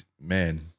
man